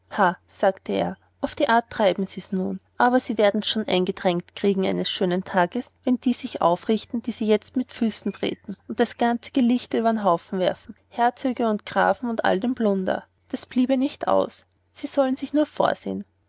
sagte er auf die art treiben sie's nun aber sie werden's schon eingetränkt kriegen eines schönen tages wenn die sich aufrichten die sie jetzt mit füßen treten und das ganze gelichter übern haufen werfen herzöge und grafen und all den plunder das bleibt nicht aus sie sollen sich nur vorsehen